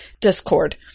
discord